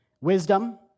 wisdom